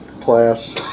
class